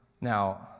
Now